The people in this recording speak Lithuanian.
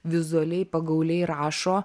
vizualiai pagauliai rašo